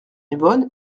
yvonne